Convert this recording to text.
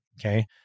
Okay